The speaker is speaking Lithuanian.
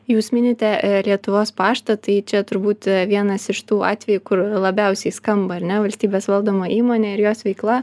jūs minite lietuvos paštą tai čia turbūt vienas iš tų atvejų kur labiausiai skamba ar ne valstybės valdoma įmonė ir jos veikla